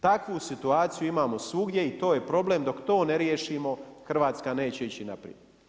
Takvu situaciju imamo svugdje i to je problem, dok to ne riješimo Hrvatska neće ići naprijed.